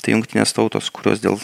tai jungtinės tautos kurios dėl